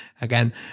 again